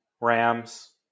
Rams